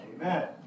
Amen